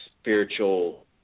spiritual